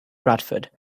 bradford